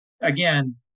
again